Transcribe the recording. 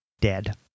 dead